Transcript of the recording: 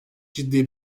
ciddi